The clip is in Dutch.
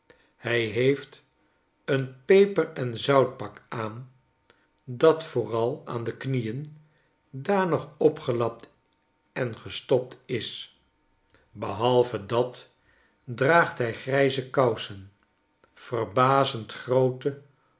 hij heeft een peper-en-zout pak aan dat vooral aan de knieen danig opgelapt en gestopt is behalve dat draagt hij grijze kousen verbazend groote